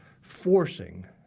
forcing